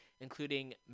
including